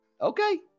Okay